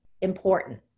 important